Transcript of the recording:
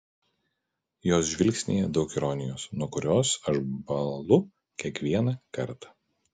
jos žvilgsnyje daug ironijos nuo kurios aš bąlu kiekvieną kartą